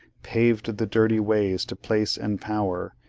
paved the dirty ways to place and power,